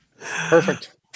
Perfect